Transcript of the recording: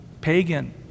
pagan